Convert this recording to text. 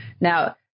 Now